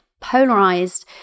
polarized